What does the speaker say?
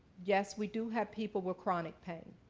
yes, we do have people with chronic pain.